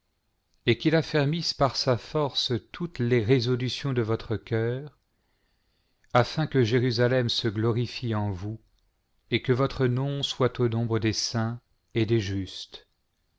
et qu'il affermisse par sa force toutes les résolutions de votre cœur afin que jérusalem se glorifie en vous et que votre nom soit au nombre des saints et des justes